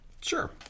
Sure